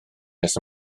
nes